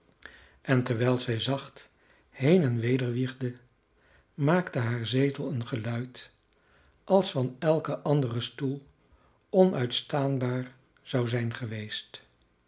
en terwijl zij zacht heen en weder wiegde maakte haar zetel een geluid als van elken anderen stoel onuitstaanbaar zou zijn geweest